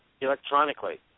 electronically